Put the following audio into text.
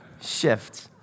Shift